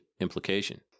implication